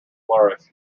flourish